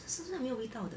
身上没有味道的